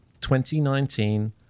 2019